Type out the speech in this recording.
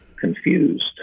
confused